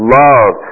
love